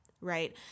right